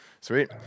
Sweet